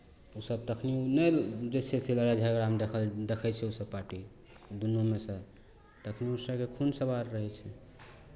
ओसभ तखनि नहि जे छै से लड़ाइ झगड़ामे देखल देखै छै ओसभ पार्टी दुनूमे से तखनि सभकेँ खून सवार रहै छै